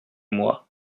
moi